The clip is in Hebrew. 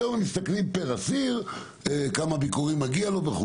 היום מסתכלים פר אסיר וכמה ביקורים מגיעים לו.